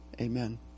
amen